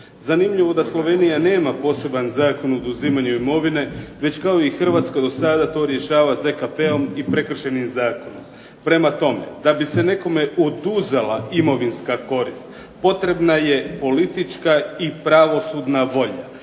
Zanimljivo da Slovenija nema poseban Zakon o oduzimanju imovine već kao i Hrvatska do sada to rješava ZKP-om i Prekršajnim zakonom. Prema tome, da bi se nekome oduzela imovinska korist potrebna je politička i pravosudna volja